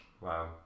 Wow